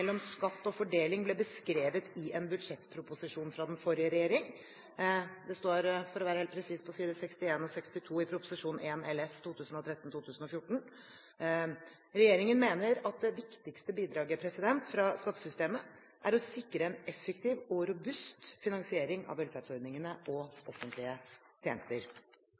skatt og fordeling ble beskrevet i en budsjettproposisjon fra den forrige regjeringen – det står for å være helt presis på side 61–62 i Prop. 1 LS for 2013–2014. Regjeringen mener at det viktigste bidraget fra skattesystemet er å sikre en effektiv og robust finansiering av velferdsordninger og offentlige tjenester.